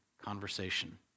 conversation